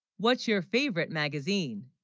what's your favorite magazine?